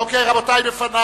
אוקיי, רבותי, לפני